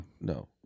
No